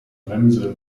bremse